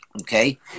Okay